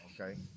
Okay